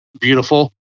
beautiful